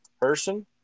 person